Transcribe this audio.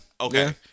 Okay